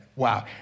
wow